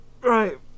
Right